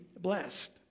blessed